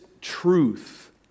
truth